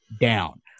down